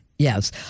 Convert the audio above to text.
Yes